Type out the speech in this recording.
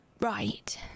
Right